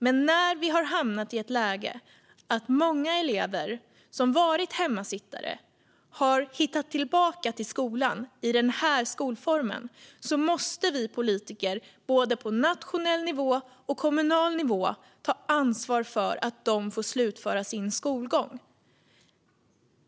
Men när vi har hamnat i ett läge där många elever som varit hemmasittare har hittat tillbaka till skolan i den här skolformen måste vi politiker, både på nationell nivå och på kommunal nivå, ta ansvar för att de får slutföra sin skolgång.